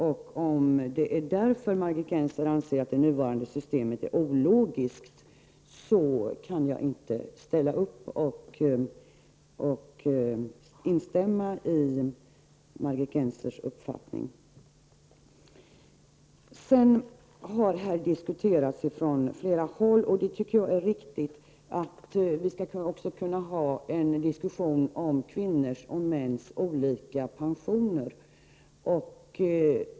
Jag kan inte in stämma i Margit Gennsers uppfattning om hon anser att det nuvarande systemet är ologiskt. Här har från flera håll sagts att vi också skulle kunna föra en diskussion om kvinnors och mäns olika pensioner, och det är riktigt.